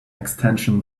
extension